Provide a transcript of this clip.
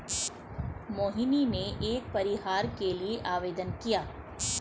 मोहिनी ने कर परिहार के लिए आवेदन किया